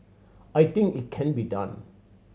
I think it can be done